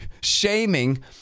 shaming